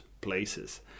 places